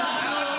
למה אתה מתחבא?